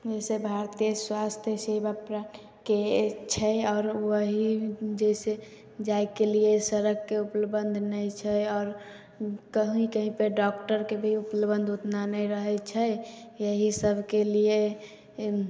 जैसे भारतीय स्वास्थ्य सेवाके छै अगर वही जैसे जाइके लिए सड़कके उपलब्धता नहि छै आओर कहीॅं कहीॅं पर डॉक्टरके भी उपलब्धता उतना नहि रहै छै एहि सबके लिए